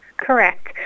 Correct